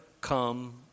come